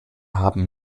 haben